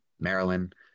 Maryland